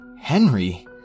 Henry